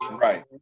Right